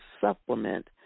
supplement